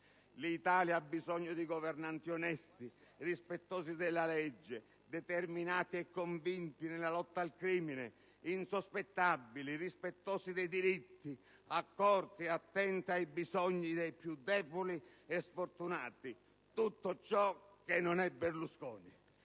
L'Italia ha bisogno di governanti onesti, rispettosi della legge, determinati e convinti nella lotta al crimine, insospettabili, rispettosi dei diritti, accorti e attenti ai bisogni dei più deboli e sfortunati: tutto ciò che non è Berlusconi.